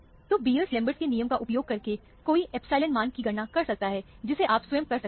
तो Beer Lambert के नियम का उपयोग करके कोई एप्सिलॉन मान की गणना कर सकता है जिसे आप स्वयं कर सकते हैं